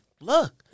look